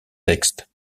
texte